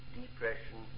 depression